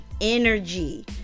energy